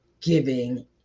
giving